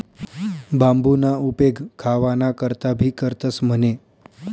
बांबूना उपेग खावाना करता भी करतंस म्हणे